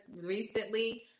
recently